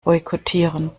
boykottieren